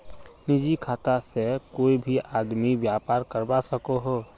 निजी खाता से कोए भी आदमी व्यापार करवा सकोहो